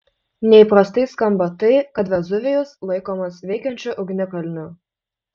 neįprastai skamba tai kad vezuvijus laikomas veikiančiu ugnikalniu